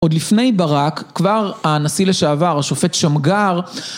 עוד לפני ברק כבר הנשיא לשעבר השופט שמגר